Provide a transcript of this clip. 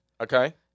Okay